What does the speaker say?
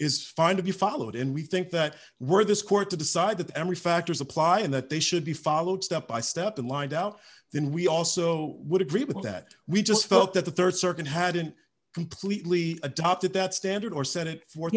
is fine to be followed and we think that we're this court to decide that every factors apply and that they should be followed step by step and lined out then we also would agree with that we just felt that the rd circuit hadn't completely adopted that's standard or senate for